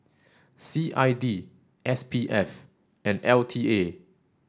C I D S P F and L T A